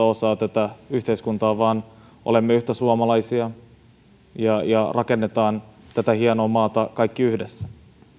osa tätä yhteiskuntaa vaan olemme yhtä suomalaisia rakentakaamme tätä hienoa maata kaikki yhdessä